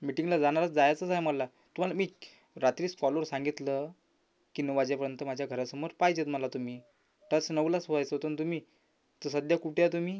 मीटिंगला जाणारच जायचंच आहे मला तुम्हाला मी रात्रीच कॉलवर सांगितलं की नऊ वाजेपर्यंत माझ्या घरासमोर पाहिजेत मला तुम्ही तसं नऊलाच व्हायचं होतं नं तुम्ही तर सध्या कुठे आहा तुम्ही